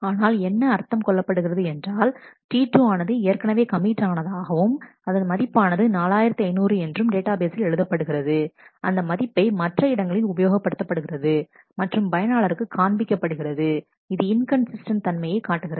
ஆனால் என்ன அர்த்தம் கொள்ளப்படுகிறது என்றாள்T2 ஆனது ஏற்கனவே கமிட் ஆனதாகவும் அதன் மதிப்பானது 4500 என்றும் டேட்டாபேஸில் எழுதப்படுகிறது அந்த மதிப்பை மற்ற இடங்களில் உபயோகப்படுத்தப்படுகிறது மற்றும் பயனாளருக்கு காண்பிக்கப்படுகிறது இது இன்கன்சிஸ்டன்ட் தன்மையை காட்டுகிறது